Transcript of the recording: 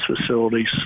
facilities